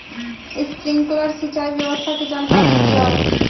Sprinkler सिंचाई व्यवस्था के जाकारी दिऔ?